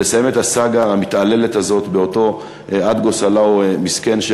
לסיים את הסאגה המתעללת הזאת באותו אדגו סלהו מסכן,